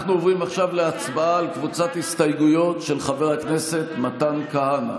אנחנו עוברים עכשיו להצבעה על קבוצת הסתייגויות של חבר הכנסת מתן כהנא.